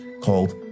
called